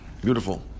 Beautiful